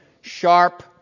sharp